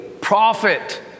prophet